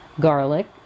garlic